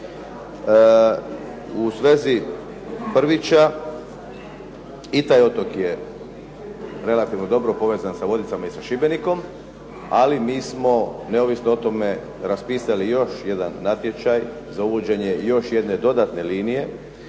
U svezi Prvića i taj otok je relativno dobro povezan sa Vodicama i sa Šibenikom, ali mi smo neovisno o tome raspisali još jedan natječaj za uvođenje još jedne dodatne linije